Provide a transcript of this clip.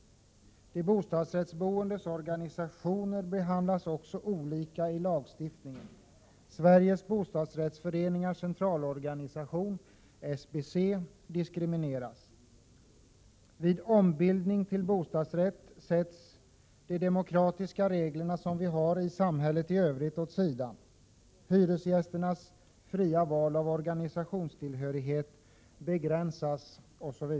De bostadsrättsboendes organisationer behandlas olika i lagstiftningen. Sveriges bostadsrättsföreningars centralorganisation, SBC, diskrimineras. 2 Vid ombildning till bostadsrätt sätts de demokratiska regler som vi har i samhället i övrigt åt sidan.